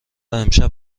امشب